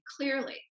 clearly